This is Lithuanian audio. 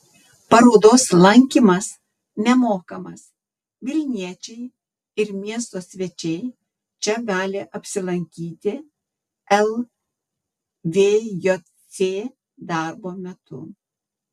parodos lankymas nemokamas vilniečiai ir miesto svečiai čia gali apsilankyti lvjc darbo metu